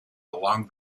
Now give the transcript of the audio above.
along